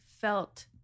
felt